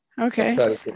Okay